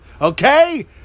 Okay